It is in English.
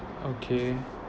okay